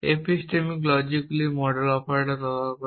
epistemic লজিকগুলি model operator ব্যবহার করে